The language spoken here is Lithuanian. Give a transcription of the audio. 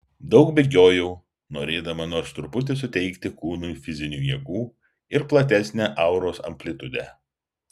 daug bėgiojau norėdama nors truputį suteikti kūnui fizinių jėgų ir platesnę auros amplitudę